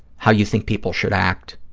how you think people should act,